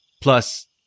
Plus